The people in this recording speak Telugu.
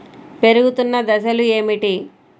పెరుగుతున్న దశలు ఏమిటి?